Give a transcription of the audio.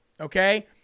okay